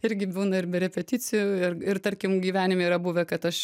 irgi būna ir be repeticijų ir ir tarkim gyvenime yra buvę kad aš